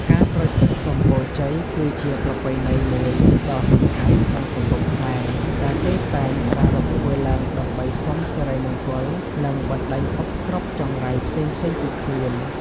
ការស្រោចទឹកសុំពរជ័យគឺជាប្រពៃណីមួយដ៏សំខាន់ក្នុងសង្គមខ្មែរ ដែលគេតែងប្រារព្ធឡើងដើម្បីសុំសិរីមង្គល និងបណ្ដេញឧបទ្រពចង្រៃផ្សេងៗពីខ្លួន។